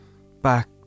Back